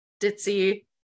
ditzy